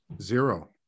Zero